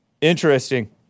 interesting